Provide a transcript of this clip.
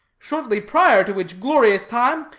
shortly prior to which glorious time,